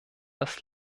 das